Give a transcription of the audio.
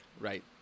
Right